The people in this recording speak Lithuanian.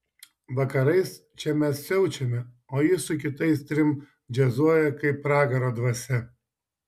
vakarais čia mes siaučiame o jis su kitais trim džiazuoja kaip pragaro dvasia